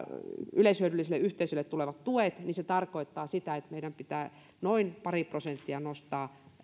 yleishyödyllisille yhteisöille tulevat tuet niin se tarkoittaa sitä että meidän pitää noin pari prosenttia nostaa